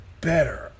better